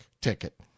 ticket